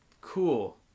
Cool